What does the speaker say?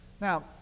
Now